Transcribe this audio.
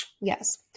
Yes